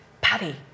Patty